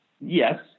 yes